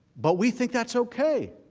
but we think that's ok